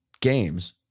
games